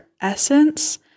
essence